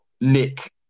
Nick